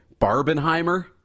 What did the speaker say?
Barbenheimer